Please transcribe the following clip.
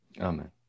Amen